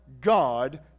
God